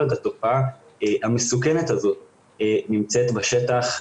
כל עוד התופעה המסוכנת הזאת נמצאת בשטח,